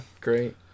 great